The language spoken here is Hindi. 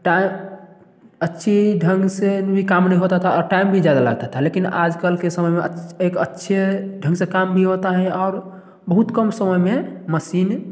टाइम अच्छी ढंग से भी काम नहीं होता था और टाइम भी ज्यादा लगाता था लेकिन आज कल के समय में अच्छे एक अच्छे ढंग से काम भी होता है और बहुत कम समय में मसीन